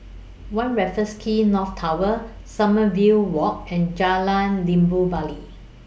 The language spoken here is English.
one Raffles Quay North Tower Sommerville Walk and Jalan Limau Bali